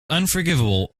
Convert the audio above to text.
unforgivable